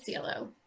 CLO